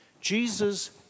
Jesus